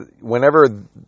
Whenever